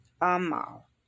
Amal